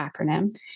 acronym